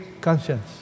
conscience